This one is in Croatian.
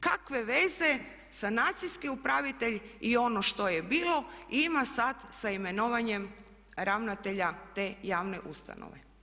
Kakve veze sanacijski upravitelj i ono što je bilo ima sad sa imenovanjem ravnatelja te javne ustanove?